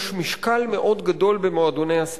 יש משקל מאוד גדול במועדוני הספורט.